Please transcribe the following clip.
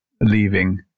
leaving